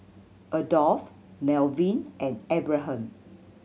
Adolph Melvyn and Abraham